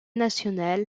nationale